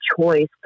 choice